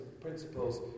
principles